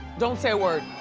don't say a word.